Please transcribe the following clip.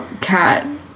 Cat